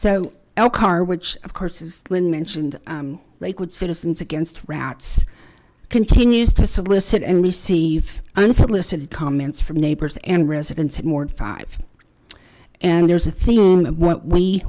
so our car which of course is mentioned lakewood citizens against routes continues to solicit and receive unsolicited comments from neighbors and residents of more than five and there's a theme of what we